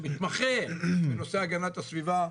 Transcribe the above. שמתמחה בנושא הגנת הסביבה,